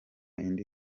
indi